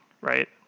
right